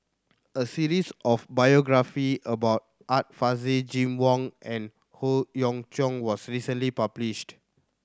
a series of biography about Art Fazil Jim Wong and Howe Yoon Chong was recently published